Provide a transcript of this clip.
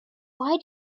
why